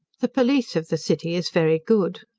the police of the city is very good.